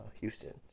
Houston